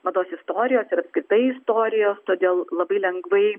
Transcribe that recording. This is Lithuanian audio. mados istorijos ir apskritai istorijos todėl labai lengvai